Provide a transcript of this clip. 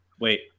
Wait